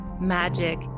magic